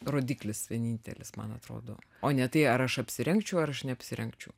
rodiklis vienintelis man atrodo o ne tai ar aš apsirengčiau ar neapsirengčiau